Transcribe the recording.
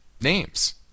names